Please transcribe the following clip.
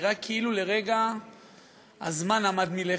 נראה כאילו לרגע הזמן עמד מלכת.